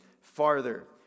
farther